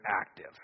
active